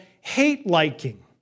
hate-liking